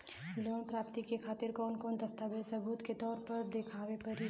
Loan प्राप्ति के खातिर कौन कौन दस्तावेज सबूत के तौर पर देखावे परी?